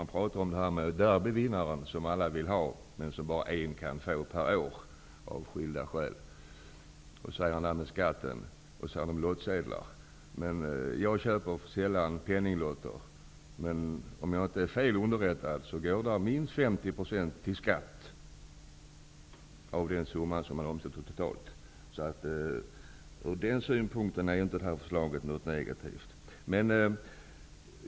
Han pratar om den derbyvinnare som alla vill ha, men som bara en per år kan få, av olika skäl. Sedan talar han om skatter och om lottsedlar. Jag köper sällan penninglotter. Men om jag inte är felunderrättad går minst 50 % till skatt av den totala ersättningen . Ur den synpunkten är inte det här förslaget negativt.